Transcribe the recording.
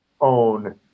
own